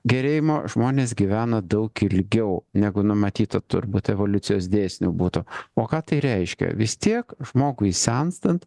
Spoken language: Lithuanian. gerėjimo žmonės gyvena daug ilgiau negu numatyta turbūt evoliucijos dėsnių būtų o ką tai reiškia vis tiek žmogui senstant